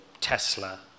tesla